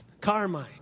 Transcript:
Carmine